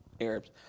Arabs